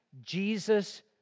Jesus